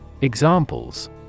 Examples